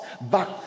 back